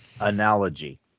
analogy